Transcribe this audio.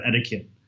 etiquette